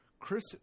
Chris